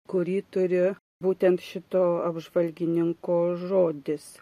kurį turi būtent šito apžvalgininko žodis